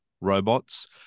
robots